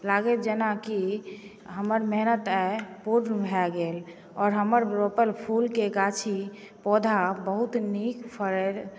लागत जेना कि हमर मेहनत आइ पूर्ण भऽ गेल आओर हमर रोपल फूलके गाछी पौधा बहुत नीक फड़ै